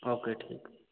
okay ठीक